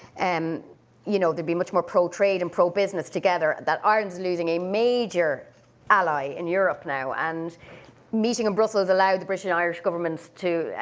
um you know, they'd be much more pro-trade and pro-business together, that ireland's losing a major ally in europe now. and meeting in brussels allowed the british and irish governments to,